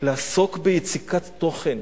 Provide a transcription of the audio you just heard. ביציקת תוכן,